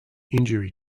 injury